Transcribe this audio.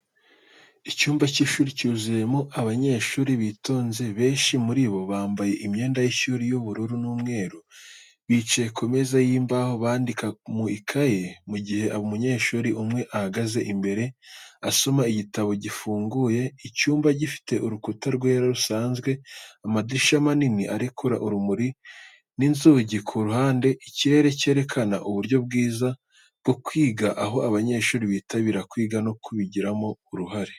Icyumba cy'ishuri cyuzuyemo abanyeshuri bitonze, benshi muri bo bambaye imyenda y'ishuri ry'ubururu n'umweru. Bicaye ku meza y'imbaho, bandika mu ikaye mu gihe umunyeshuri umwe ahagaze imbere, asoma igitabo gifunguye. Icyumba gifite urukuta rwera rusanzwe, amadirishya manini arekura urumuri n'inzugi ku ruhande. Ikirere cyerekana uburyo bwiza bwo kwiga aho abanyeshuri bitabira kwiga no kubigiramo uruhare.